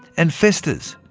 and festers,